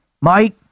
Mike